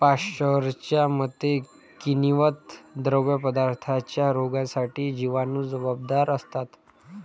पाश्चरच्या मते, किण्वित द्रवपदार्थांच्या रोगांसाठी जिवाणू जबाबदार असतात